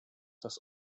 das